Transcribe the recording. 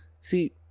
See